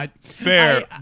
Fair